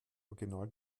original